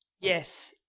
Yes